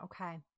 Okay